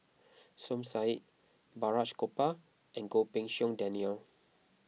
Som Said Balraj Gopal and Goh Pei Siong Daniel